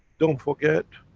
don't forget,